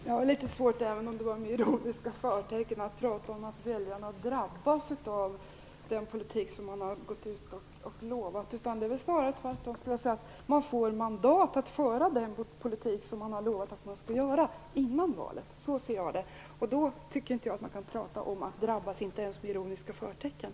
Herr talman! Jag har litet svårt att prata om att väljarna drabbas av den politik som man har gått ut och lovat, även om det var med ironiska förtecken. Det är väl snarare tvärtom. Man får mandat att föra den politik som man före valet lovade att man skulle föra. Så ser jag det. Jag tycker inte att man kan tala om att någon drabbas, inte ens med ironiska förtecken.